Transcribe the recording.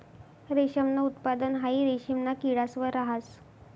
रेशमनं उत्पादन हाई रेशिमना किडास वर रहास